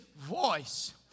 voice